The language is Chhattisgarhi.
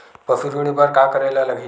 पशु ऋण बर का करे ला लगही?